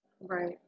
Right